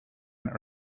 and